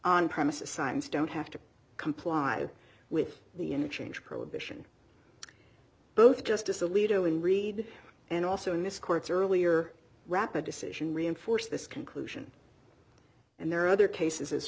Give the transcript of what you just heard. on premises signs don't have to comply with the interchange prohibition both justice alito and reed and also in this court's earlier rapid decision reinforce this conclusion and there are other cases as